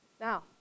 now